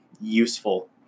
useful